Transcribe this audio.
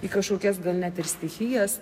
į kažkokias gal net ir stichijas